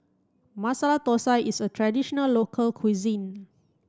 Masala Thosai is a traditional local cuisine